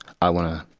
i want to